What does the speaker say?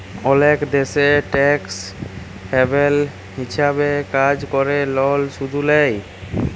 অলেক দ্যাশ টেকস হ্যাভেল হিছাবে কাজ ক্যরে লন শুধ লেই